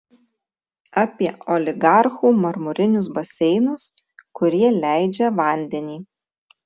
apie oligarchų marmurinius baseinus kurie leidžia vandenį